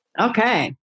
Okay